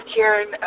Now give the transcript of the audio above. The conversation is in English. Karen